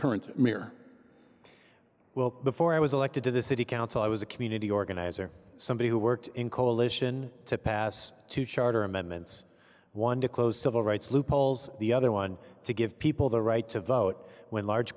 current mayor will before i was elected to the city council i was a community organizer somebody who worked in coalition to pass two charter amendments one to close civil rights loopholes the other one to give people the right to vote when large